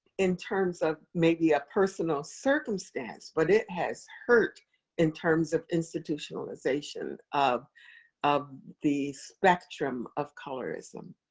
in terms of maybe a personal circumstance, but it has hurt in terms of institutionalization of of the spectrum of colorism.